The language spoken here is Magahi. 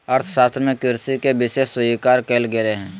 अर्थशास्त्र में कृषि के विशेष स्वीकार कइल गेल हइ